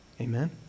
Amen